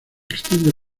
extiende